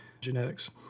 genetics